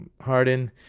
Harden